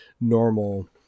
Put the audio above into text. normal